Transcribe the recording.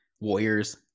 Warriors